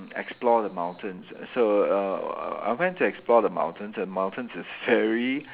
explore the mountains so err I went to explore the mountains and the mountains is very